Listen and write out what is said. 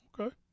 Okay